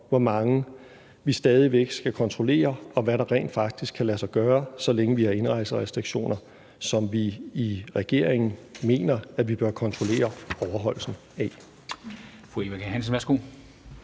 hvor mange vi stadig væk skal kontrollere, og hvad der rent faktisk kan lade sig gøre, så længe vi har indrejserestriktioner, som vi i regeringen mener at vi bør kontrollere overholdelsen af.